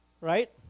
Right